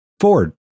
Ford